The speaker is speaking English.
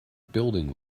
building